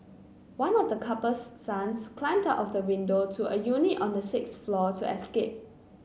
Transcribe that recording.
one of the couple's sons climbed out of the window to a unit on the sixth floor to escape